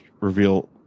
reveal